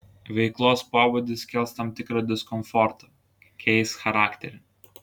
veiklos pobūdis kels tam tikrą diskomfortą keis charakterį